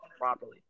properly